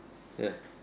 ya